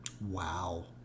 Wow